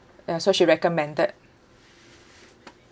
ya so she recommended